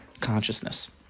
consciousness